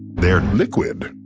they're liquid.